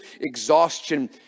exhaustion